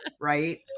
right